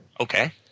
Okay